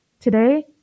Today